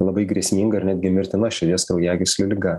labai grėsminga ir netgi mirtina širdies kraujagyslių liga